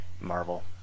Marvel